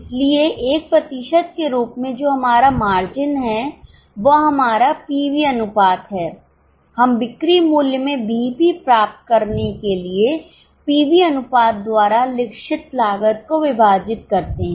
इसलिए एक प्रतिशत के रूप में जो हमारा मार्जिन है वह हमारा पीवी अनुपात है हम बिक्री मूल्य में बीईपी प्राप्त करने के लिए पीवी अनुपात द्वारा निश्चित लागत को विभाजित करते हैं